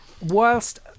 whilst